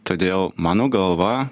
todėl mano galva